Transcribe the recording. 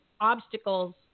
obstacles